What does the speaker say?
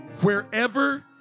wherever